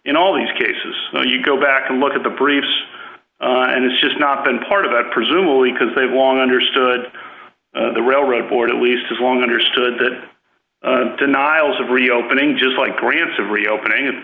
in all these cases no you go back and look at the briefs and it's just not been part of it presumably because they've long understood the railroad board at least as long understood that denials of reopening just like grants of reopening and